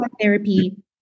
therapy